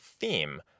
theme